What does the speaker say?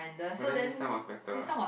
but then this time was better ah